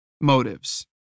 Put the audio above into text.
motives